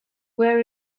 where